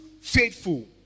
faithful